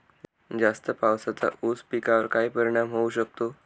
जास्त पावसाचा ऊस पिकावर काय परिणाम होऊ शकतो?